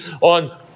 on